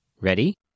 Ready